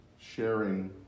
sharing